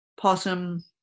Possum